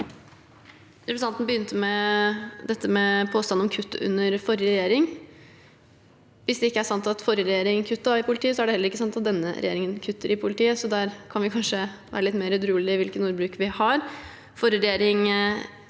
Representanten begynte med påstanden om kutt under forrige regjering. Hvis det ikke er sant at forrige regjering kuttet i politiet, er det heller ikke sant at denne regjeringen kutter i politiet, så der kan vi kanskje være litt mer edruelige i ordbruken.